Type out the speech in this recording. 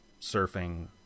surfing